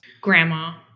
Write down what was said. Grandma